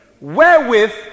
Wherewith